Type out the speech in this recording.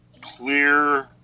clear